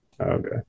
Okay